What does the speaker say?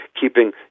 keeping